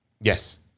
Yes